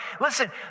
listen